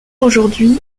aujourd’hui